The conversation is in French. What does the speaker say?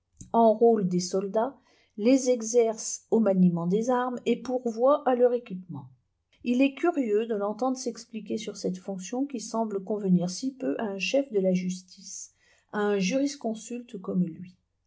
enrôle des soldats les exerce au maniement des armes et pourvoit à leur équipement il est curieux de l'entendre s'expliquer sur une fonction qui semble convenir si peu à un chef de la justice à un jurisconsulte digitized by google comme lui